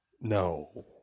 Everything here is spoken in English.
No